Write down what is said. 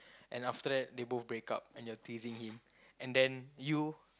and after that they both break up and you're teasing him and then you